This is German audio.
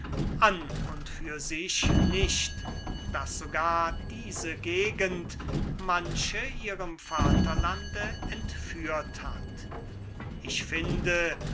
an und für sich nicht daß sogar diese gegend manche ihrem vaterlande entführt hat ich finde